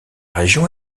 région